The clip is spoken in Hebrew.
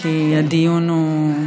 כי הדיון הוא,